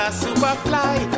superfly